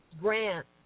grants